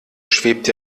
schwebt